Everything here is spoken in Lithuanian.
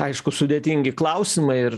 aišku sudėtingi klausimai ir